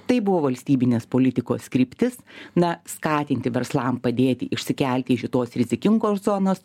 tai buvo valstybinės politikos kryptis na skatinti verslam padėti išsikelti iš šitos rizikingos zonos